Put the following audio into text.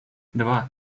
два